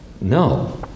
no